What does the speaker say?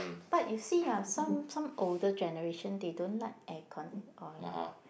but you see ah some some older generation they don't like aircon or you know